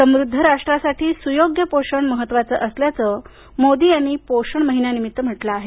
समृद्ध राष्ट्रासाठी सुयोग्य पोषण महत्वाचं असल्याचं मोदी यांनी पोषण महिन्या निमित्त म्हटलं आहे